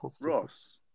Ross